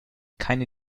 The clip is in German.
keine